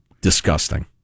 disgusting